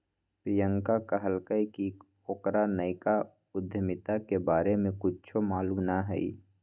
प्रियंका कहलकई कि ओकरा नयका उधमिता के बारे में कुछो मालूम न हई